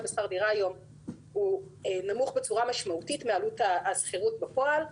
הסיוע בשכר הדירה היום הוא נמוך בצורה משמעותית מעלות השכירות בפועל,